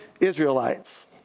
Israelites